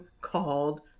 called